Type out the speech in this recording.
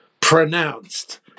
pronounced